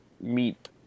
meet